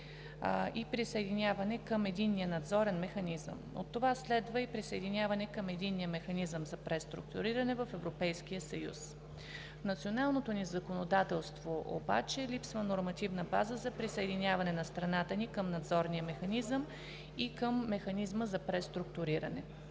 и присъединяване към Единния надзорен механизъм, и от това следва и присъединяване към Единния механизъм за преструктуриране в Европейския съюз. В националното ни законодателство обаче липсва нормативна база за присъединяване на страната ни към Надзорния механизъм и към Механизма за преструктуриране.